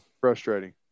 Frustrating